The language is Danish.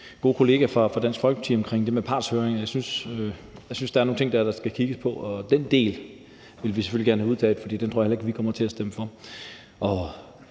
gode kollega fra Dansk Folkeparti i det med partshøring. Jeg synes, der er nogle ting, der skal kigges på, og den del vil vi selvfølgelig gerne have taget ud, for den tror jeg heller ikke vi kommer til at stemme for.